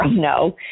no